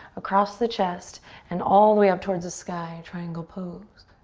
across the chest and all the way up towards the sky, triangle pose.